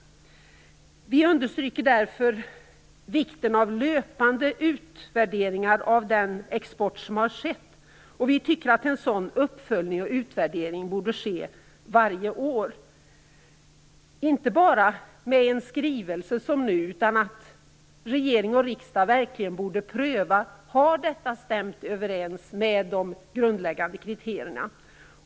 Vi kristdemokrater understryker därför vikten av löpande utvärderingar av den export som har skett. Vi tycker att en sådan uppföljning och utvärdering borde ske varje år, inte bara som nu med en skrivelse utan regering och riksdag borde verkligen pröva om exporten har stämt överens med de grundläggande kriterierna.